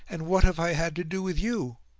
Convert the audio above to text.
and what have i had to do with you?